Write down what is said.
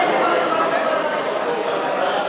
איסור פרסום שם בהליך החושף מידע רפואי),